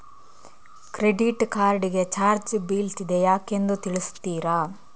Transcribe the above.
Credit card ಗೆ charge ಬೀಳ್ತಿದೆ ಯಾಕೆಂದು ತಿಳಿಸುತ್ತೀರಾ?